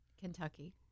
Kentucky